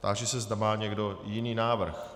Táži se, zda má někdo jiný návrh.